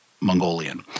Mongolian